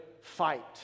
fight